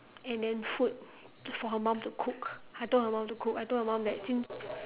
and then food for her mum to cook I told her mum to cook I told her mum that since